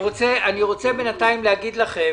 אני רוצה בינתיים להגיד לכם